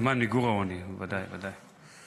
למען מיגור העוני, ודאי, ודאי.